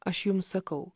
aš jums sakau